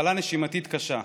מחלה נשימתית קשה.